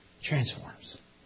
Transforms